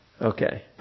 Okay